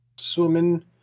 Swimming